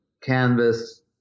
canvas